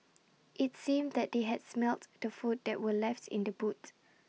IT seemed that they had smelt the food that were left in the boot